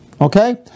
Okay